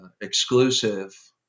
exclusive